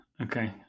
Okay